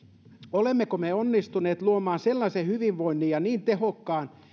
olemmeko me onnistuneet luomaan sellaisen hyvinvoinnin ja niin tehokkaan